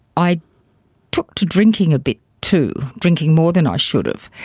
i took to drinking a bit too, drinking more than i should have,